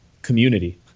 community